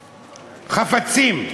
חפצים?